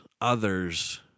others